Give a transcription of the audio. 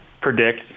predict